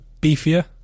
Beefier